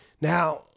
Now